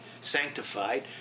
sanctified